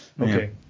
Okay